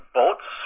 boats